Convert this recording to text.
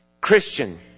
Christian